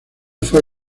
fue